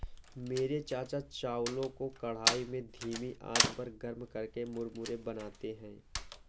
मेरे चाचा चावलों को कढ़ाई में धीमी आंच पर गर्म करके मुरमुरे बनाते हैं